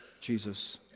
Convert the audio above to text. Jesus